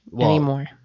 anymore